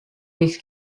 this